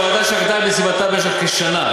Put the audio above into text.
הוועדה שקדה על משימתה במשך כשנה,